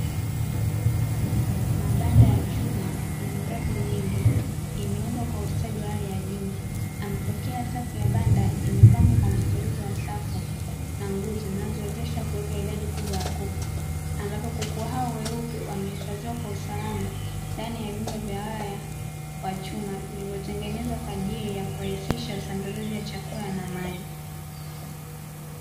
Mabanda ya chuma yenye ngazi nyingi imeundwa kwa ustadi wa hali ya juu amepokea safu ya banda imepangwa kwa mfululizo wa safu na nguzo zinazowezesha kuweka idadi kubwa ya kuku. Ambapo kwa kuwa hao weupe wamehifadhiwa kwa usalama ndani ya vyumba vya waya wa chuma vilivyotengenezwa kwa ajili ya kurahisisha usambazaji wa chakula na maji.